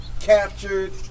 captured